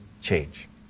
change